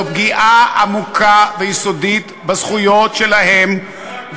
זו פגיעה עמוקה ויסודית בזכויות שלהם.